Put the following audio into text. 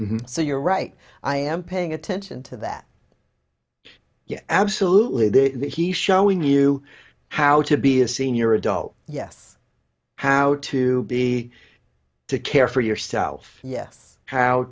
drives so you're right i am paying attention to that yes absolutely this he showing you how to be a senior adult yes how to be to care for yourself yes how